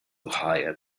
hire